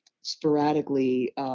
sporadically